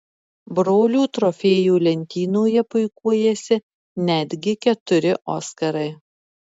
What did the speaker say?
brolių trofėjų lentynoje puikuojasi netgi keturi oskarai